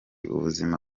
ubuzima